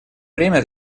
время